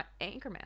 Anchorman